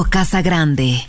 Casagrande